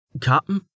Captain